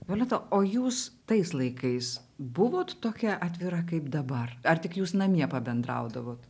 violeta o jūs tais laikais buvot tokia atvira kaip dabar ar tik jūs namie pabendraudavot